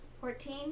Fourteen